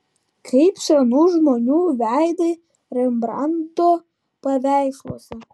kaip senų žmonių veidai rembrandto paveiksluose